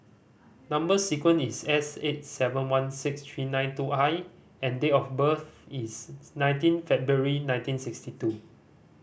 number sequence is S eight seven one six three nine two I and date of birth is nineteen February nineteen sixty two